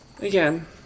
again